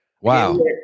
Wow